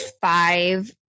five